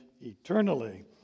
eternally